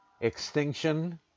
extinction